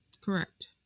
correct